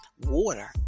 water